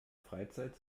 freizeit